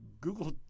Google